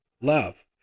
Love